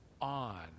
on